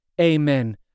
Amen